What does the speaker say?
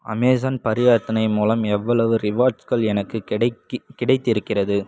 Amazon பரிவர்த்தனை மூலம் எவ்வளவு ரிவார்ட்ஸ்கள் எனக்குக் கிடைக்கி கிடைத்திருக்கிறது